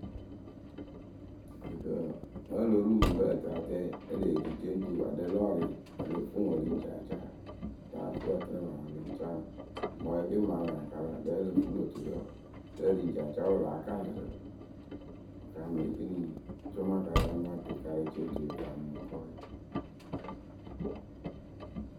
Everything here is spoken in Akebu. Ǝrɨkǝ wǝǝ vǝ́ o lo ru mɩŋkǝ́ ǝtǝ atɛ e lee ci ceŋtu adɛ lɔɔrɩ o lo fuu ŋwɨ ǝ lɨŋ ci acaa, paa ǝ fɨ wɨ ǝtɨnɨ paa ǝ lɨŋ caa ŋwɨ, mɔyǝ ke mɨŋ a laa karɨ aɖɛ o lo fuu lö tu pe wǝǝ kǝ́ ǝ lɨŋ ci a caa pɨ láa kaŋ lǝ̈ rɨ. wɨ kaamɨ ekini cɔma karǝyǝ amaa tukarɨ ceŋtuwǝ wɨ kaamɨ mɨŋkɔɔwe.